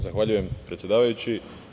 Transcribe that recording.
Zahvaljujem predsedavajući.